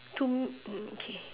to m~ um okay